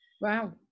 Wow